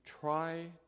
try